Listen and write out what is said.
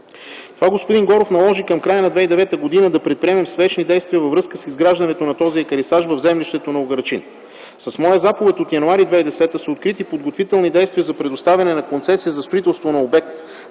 Това, господин Горов, наложи към края на 2009 г. да предприемем спешни действия във връзка с изграждането на този екарисаж в землището на Угърчин. С моя заповед от м. януари 2010 г. са открити подготвителни действия за предоставяне на концесия за строителство на обект